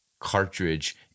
cartridge